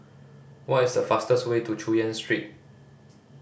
what is the fastest way to Chu Yen Street